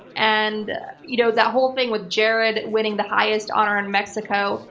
and you know that whole thing with jared winning the highest honor in mexico,